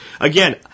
again